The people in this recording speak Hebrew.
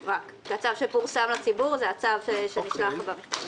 הצו שפורסם לציבור הוא הצו שנשלח במכתב לוועדה.